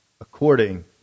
according